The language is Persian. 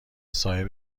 صاحب